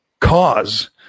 cause